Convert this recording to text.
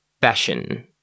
Fashion